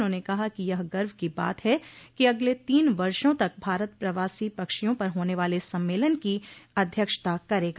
उन्होंने कहा कि यह गर्व की बात है कि अगले तीन वर्षों तक भारत प्रवासी पक्षियों पर होने वाले सम्मेलन की अध्यक्षता करेगा